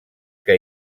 que